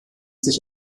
sich